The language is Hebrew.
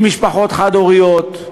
משפחות חד-הוריות,